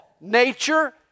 nature